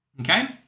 Okay